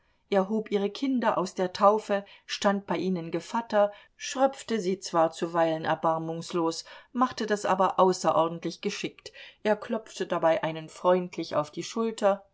hob ihre kinder aus der taufe stand bei ihnen gevatter schröpfte sie zwar zuweilen erbarmungslos machte das aber außerordentlich geschickt er klopfte dabei einen freundlich auf die schulter